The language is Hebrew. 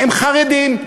הם חרדים.